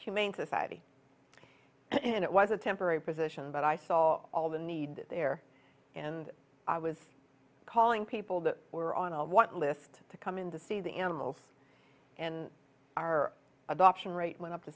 humane society and it was a temporary position but i saw all the need there and i was calling people that were on a white list to come in to see the animals and our adoption rate went up to